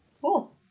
Cool